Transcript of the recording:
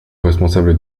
responsable